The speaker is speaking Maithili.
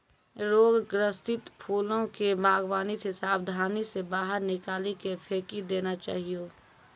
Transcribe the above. रोग ग्रसित फूलो के वागवानी से साबधानी से बाहर निकाली के फेकी देना चाहियो